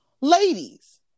ladies